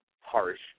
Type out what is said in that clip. harsh